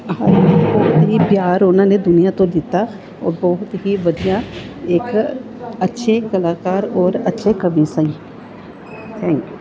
ਬਹੁਤ ਹੀ ਪਿਆਰ ਉਹਨਾਂ ਨੇ ਦੁਨੀਆਂ ਤੋਂ ਲਿੱਤਾ ਔਰ ਬਹੁਤ ਹੀ ਵਧੀਆ ਇੱਕ ਅੱਛੇ ਕਲਾਕਾਰ ਔਰ ਅੱਛੇ ਕਵੀ ਸਨ ਥੈਂਕ ਯੂ